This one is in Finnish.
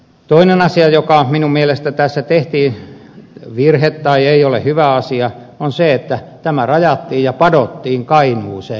toinen asia jossa minun mielestäni tehtiin virhe tai joka ei ole hyvä asia on se että tämä rajattiin ja padottiin kainuuseen